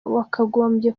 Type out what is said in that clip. wakagombye